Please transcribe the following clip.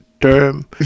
term